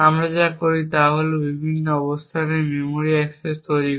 আমরা যা করি তা হল বিভিন্ন অবস্থানে মেমরি অ্যাক্সেস তৈরি করা